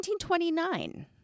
1929